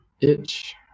itch